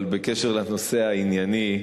אבל בקשר לנושא הענייני,